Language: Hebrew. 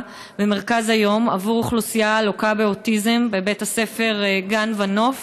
ומרכז היום עבור אוכלוסייה הלוקה באוטיזם בבית ספר גן ונוף,